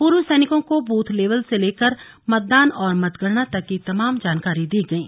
पूर्व सैनिकों को बूथ लेवल से लेकर मतदान व मतगणना तक की तमाम जानकारियां दी गईं